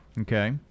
Okay